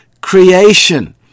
Creation